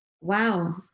Wow